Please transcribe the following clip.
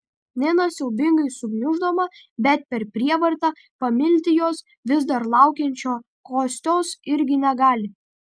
nina siaubingai sugniuždoma bet per prievartą pamilti jos vis dar laukiančio kostios irgi negali